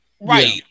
right